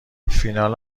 فینال